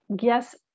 Yes